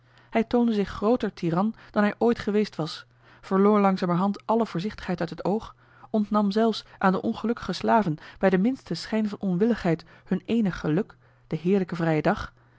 hij toonde zich grooter tyran dan hij ooit geweest was verloor langzamerhand alle voorzichtigheid uit het oog ontnam zelfs aan de ongelukkige slaven bij den minsten schijn van onwilligheid hun eenig geluk den heerlijken vrijen dag